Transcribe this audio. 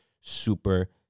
super